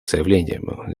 заявлению